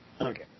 Okay